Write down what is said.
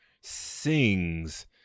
sings